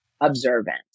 observant